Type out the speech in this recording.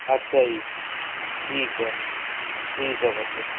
ਅੱਛਾ ਜੀ ਠੀਕ ਐ ਠੀਕ ਐ ਪੁੱਤ